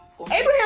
Abraham